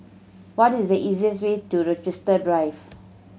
what is the easiest way to Rochester Drive